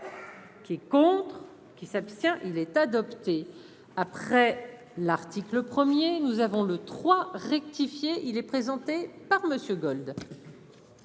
qui est contre qui s'abstient, il est adopté, après l'article. 1er nous avons le 3 rectifier, il est présenté par Monsieur